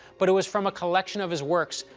but it was from a collection of his works,